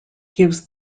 gives